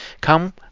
come